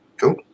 Cool